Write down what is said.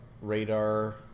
radar